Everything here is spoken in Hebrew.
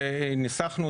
וניסחנו,